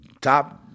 Top